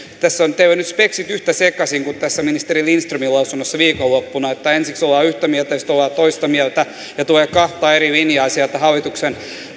tässä on teillä nyt speksit yhtä sekaisin kuin ministeri lindströmin lausunnossa viikonloppuna että ensiksi ollaan yhtä mieltä ja sitten ollaan toista mieltä ja tulee kahta eri linjaa sieltä hallituksen